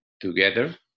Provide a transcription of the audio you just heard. together